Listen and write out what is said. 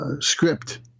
script